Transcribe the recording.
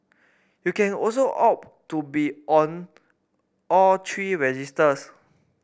you can also opt to be on all three registers